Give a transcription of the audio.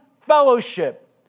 fellowship